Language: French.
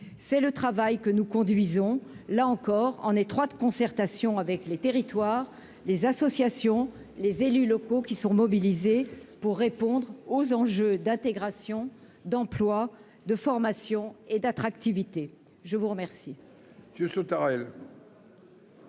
c'est le travail que nous conduisons, là encore, en étroite concertation avec les territoires, les associations, les élus locaux qui sont mobilisés pour répondre aux enjeux d'intégration, d'emploi, de formation et d'attractivité, je vous remercie.